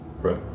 right